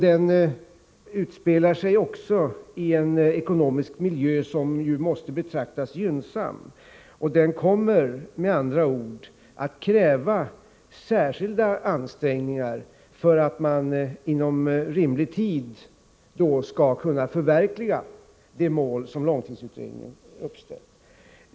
Den utspelar sig också i en ekonomisk miljö som måste betraktas som gynnsam. Den kommer med andra ord att kräva särskilda ansträngningar för att man inom rimlig tid skall kunna förverkliga de mål som långtidsutredningen har uppställt.